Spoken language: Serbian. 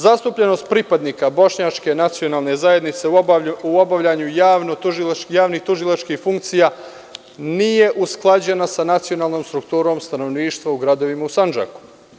Zastupljenost pripadnika bošnjačke nacionalne zajednice u obavljanju javnih tužilačkih funkcija nije usklađena sa nacionalnom strukturom stanovništva u gradovima u Sandžaku.